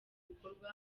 bikorwa